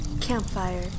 Campfire